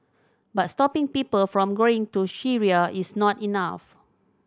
but stopping people from going to Syria is not enough